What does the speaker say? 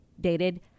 dated